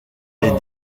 est